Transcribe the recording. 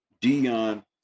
Dion